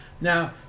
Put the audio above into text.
Now